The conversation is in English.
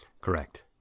Correct